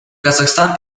казахстан